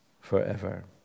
forever